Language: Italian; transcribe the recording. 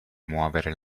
muovere